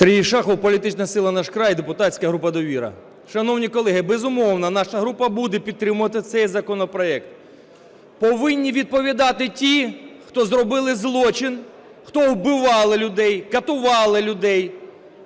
Сергій Шахов, політична сила "Наш край" і депутатська група "Довіра". Шановні колеги, безумовно, наша група буде підтримувати цей законопроект. Повинні відповідати ті, хто зробили злочин, хто вбивав людей, катував людей,